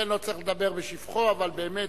לכן לא צריך לדבר בשבחו, אבל באמת,